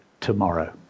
tomorrow